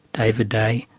david day,